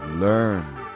Learn